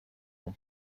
اون